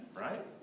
Right